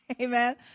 Amen